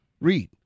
Read